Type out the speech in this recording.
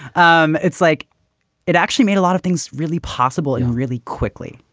um it's like it actually made a lot of things really possible and really quickly.